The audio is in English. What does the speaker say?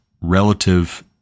relative